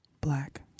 Black